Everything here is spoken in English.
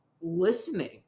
listening